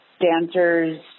dancers